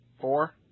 Four